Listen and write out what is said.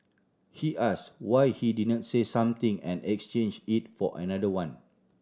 he ask why he didn't say something and exchange it for another one